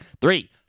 three